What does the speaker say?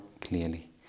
clearly